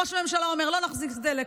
ראש הממשלה אומר: לא נכניס דלק,